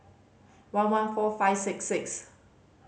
one one fourt five six six